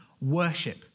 Worship